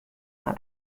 mar